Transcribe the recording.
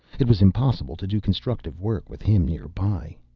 it was impossible to do constructive work with him nearby.